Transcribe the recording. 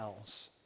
else